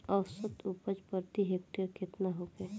औसत उपज प्रति हेक्टेयर केतना होखे?